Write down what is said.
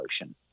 motion